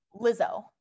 Lizzo